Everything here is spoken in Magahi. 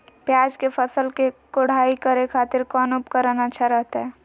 प्याज के फसल के कोढ़ाई करे खातिर कौन उपकरण अच्छा रहतय?